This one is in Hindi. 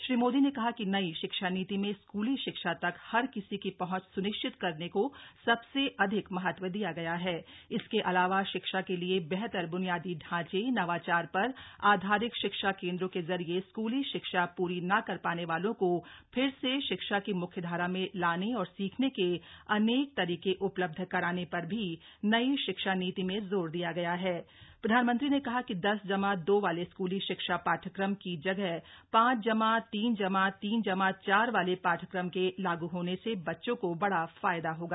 श्री मोदी ने कहा कि नई शिक्षा नीति में स्कूली शिक्षा तक हर किसी की पहुंच सुनिश्चित करने को सबसे अधिक महत्व दिया गया हथ इसके अलावा शिक्षा के लिए बेहतर ब्नियादी ढांचे नवाचार पर ः धारित शिक्षा केंद्रों के जरिए स्कूली शिक्षा पूरी न कर पाने वालों को फिर से शिक्षा की म्ख्यधारा में लाने और सीखने के अनेक तरीके उपलब्ध कराने पर भी नई शिक्षा नीति में जोर दिया गया हथ प्रधानमंत्री ने कहा कि दस जमा दो वाले स्कूली शिक्षा पाठ्यक्रम की जगह पांच जमा तीन जमा तीन जमा चार वाले पाठ्यक्रम के लागू होने से बच्चों को बड़ा फायदा होगा